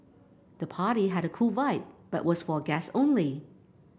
the party had a cool vibe but was for guests only